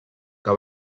que